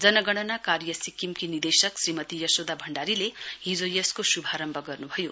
जनगणना कार्य सिक्किमकी निदेशक श्रीमती यशोदा भण्डारीले हिजो यसको श्भारम्भ गर्न्भयो